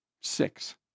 six